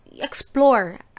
explore